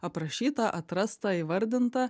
aprašyta atrasta įvardinta